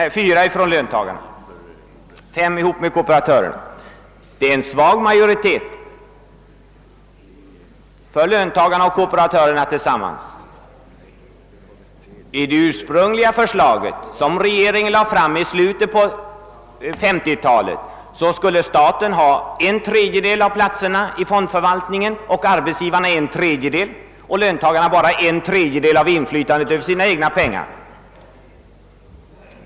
Representanter för löntagarna och kooperationen har alltså tillsammans en svag majoritet. Enligt det ursprungliga förslaget beträffande fondförvaltningen, som regeringen lade fram i slutet av 1950 talet, skulle staten ha en tredjedel av inflytandet, arbetsgivarna en tredjedel och löntagarna bara en tredjedel.